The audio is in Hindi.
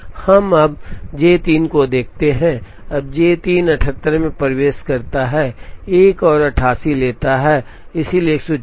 अब हम J 3 को देखते हैं अब J 3 78 में प्रवेश करता है एक और 88 लेता है इसलिए 166